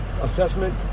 assessment